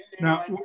Now